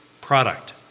product